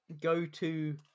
go-to